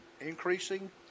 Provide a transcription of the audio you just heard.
increasing